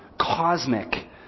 cosmic